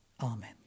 Amen